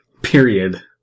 period